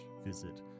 visit